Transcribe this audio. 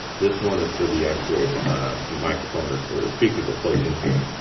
this one is for the actual microphone or or speaker that's plugged into